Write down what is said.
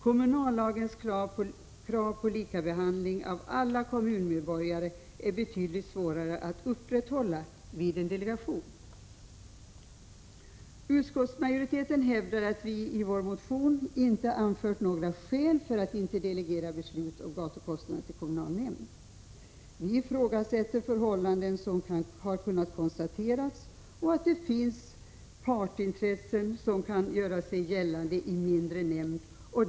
Kommunallagens krav på likabehandling av alla kommunmedborgare är betydligt svårare att uppfylla vid en delegation. Utskottsmajoriteten hävdar att vi i vår motion inte anfört några skäl för att inte delegera beslut om gatukostnader till kommunal nämnd. Vi ifrågasätter förhållanden som har kunnat konstateras och anser att det kan finnas partsintressen som kan göra sig gällande i en mindre nämnd.